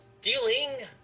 Dealing